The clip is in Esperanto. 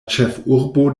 ĉefurbo